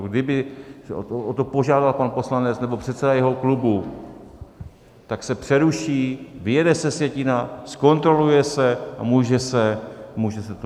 Kdyby o to požádal pan poslanec nebo předseda jeho klubu, tak se přeruší, vyjede se sjetina, zkontroluje se a může se to.